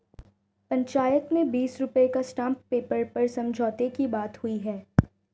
पंचायत में बीस रुपए का स्टांप पेपर पर समझौते की बात हुई है